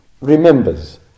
remembers